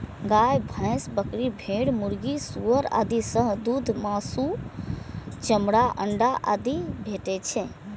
गाय, भैंस, बकरी, भेड़, मुर्गी, सुअर आदि सं दूध, मासु, चमड़ा, अंडा आदि भेटै छै